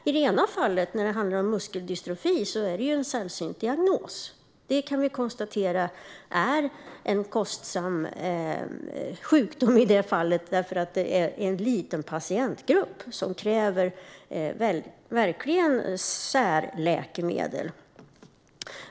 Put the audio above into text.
I det ena fallet, det som gäller muskeldystrofi, rör det sig om en sällsynt diagnos. Vi kan konstatera att det är en kostsam sjukdom eftersom det handlar om en liten patientgrupp som verkligen kräver särläkemedel.